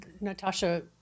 Natasha